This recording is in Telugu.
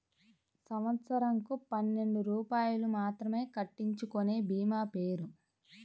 సంవత్సరంకు పన్నెండు రూపాయలు మాత్రమే కట్టించుకొనే భీమా పేరు?